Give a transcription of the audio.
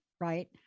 right